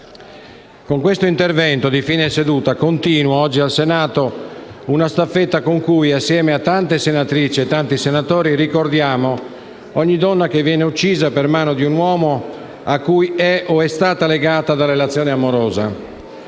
con questo intervento di fine seduta continuo, oggi, al Senato, una staffetta con cui, assieme a tante senatrici e tanti senatori, ricordiamo ogni donna che viene uccisa per mano di un uomo a cui è o è stata legata da relazione amorosa.